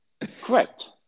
Correct